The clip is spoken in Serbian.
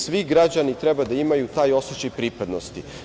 Svi građani treba da imaju taj osećaj pripadnosti.